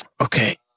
Okay